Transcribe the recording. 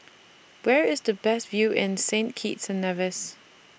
Where IS The Best View in Saint Kitts and Nevis